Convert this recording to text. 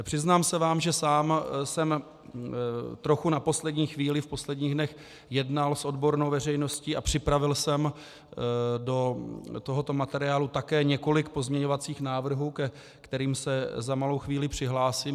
Přiznám se vám, že sám jsem trochu na poslední chvíli v posledních dnech jednal s odbornou veřejností a připravil jsem do tohoto materiálu také několik pozměňovacích návrhů, ke kterým se za malou chvíli přihlásím.